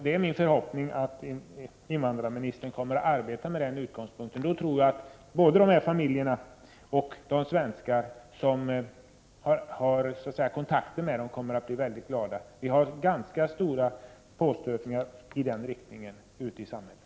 Det är min förhoppning att invandrarministern kommer att arbeta med den utgångspunkten. Då tror jag att både dessa familjer och de svenskar som har kontakt med dem kommer att bli mycket glada. Det förekommer ganska kraftiga påstötningar ute i samhället för att dessa ärenden skall hanteras i den riktningen.